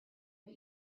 but